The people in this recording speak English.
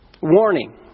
Warning